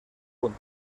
punt